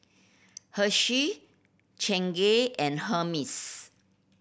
Hershey Chingay and Hermes